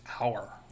hour